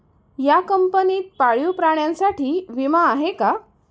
या कंपनीत पाळीव प्राण्यांसाठी विमा आहे का?